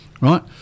right